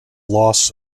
loss